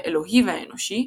האלוהי והאנושי,